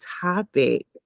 topic